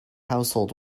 household